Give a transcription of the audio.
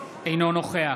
אינו נוכח